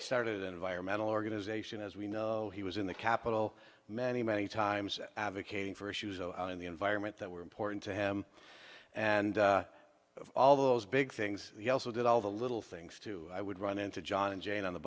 started an environmental organization as we know he was in the capitol many many times advocating for issues in the environment that were important to him and all those big things he also did all the little things too i would run into john and jane on the